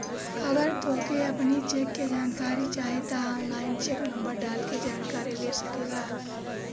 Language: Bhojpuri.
अगर तोहके अपनी चेक के जानकारी चाही तअ ऑनलाइन चेक नंबर डाल के जानकरी ले सकेला